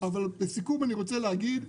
לסיכום אני רוצה להגיד,